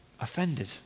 offended